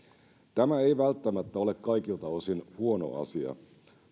tämä ei ei välttämättä ole kaikilta osin huono asia